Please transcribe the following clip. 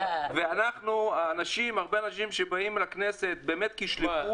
והרבה אנשים שבאים לכנסת כשליחות